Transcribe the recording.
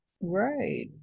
right